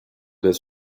des